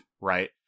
right